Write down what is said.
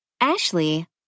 Ashley